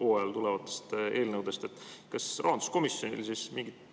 hooajal tulevatest eelnõudest. Kas rahanduskomisjonil siis mingit